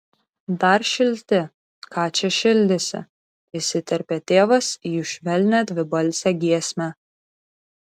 dar šilti ką čia šildysi įsiterpė tėvas į jų švelnią dvibalsę giesmę